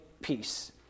peace